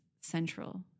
central